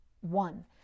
one